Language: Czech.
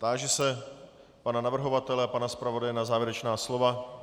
Táži se pana navrhovatele a pana zpravodaje na závěrečná slova.